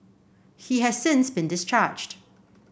he has since been discharged